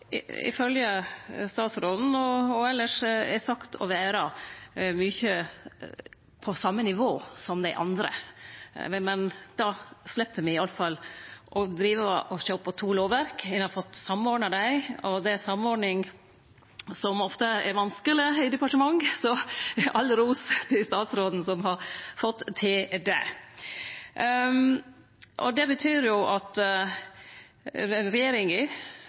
og andre er mykje på same nivå som det andre, men då slepp me i alle fall å sjå på to lovverk. Ein har fått samordna dei, og samordning er ofte vanskeleg i departement, så all ros til ministeren som har fått til det. Det betyr jo at